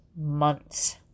months